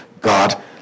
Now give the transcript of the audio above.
God